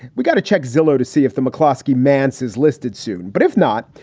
we got to check zillow to see if the mcclosky manses listed soon. but if not,